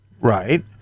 Right